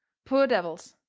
poor devils,